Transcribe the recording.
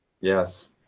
Yes